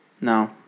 No